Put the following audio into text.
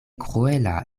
kruela